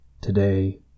Today